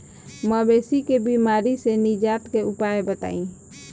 मवेशी के बिमारी से निजात के उपाय बताई?